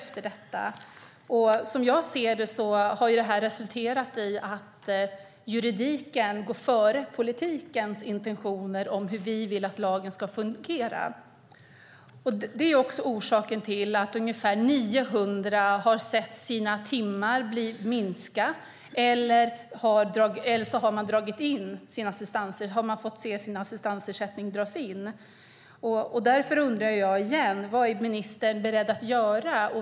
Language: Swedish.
Men som jag ser saken har detta resulterat i att juridiken går före politikens intentioner om hur vi vill att lagen ska fungera. Det är också orsaken till att ungefär 900 personer sett sina timmar minska, eller också har man fått se sin assistansersättning bli indragen. Därför undrar jag igen: Vad är ministern beredd att göra?